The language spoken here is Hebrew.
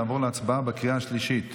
נעבור להצבעה בקריאה השלישית,